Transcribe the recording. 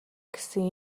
гэсэн